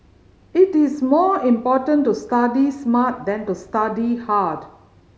it is more important to study smart than to study hard